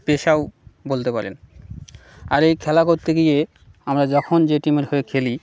পেশাও বলতে পারেন আর এই খেলা করতে গিয়ে আমরা যখন যে টিমের হয়ে খেলি